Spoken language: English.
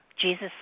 Jesus